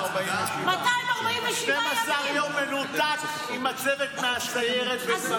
247. 12 יום מנותק עם הצוות מהסיירת בלבנון.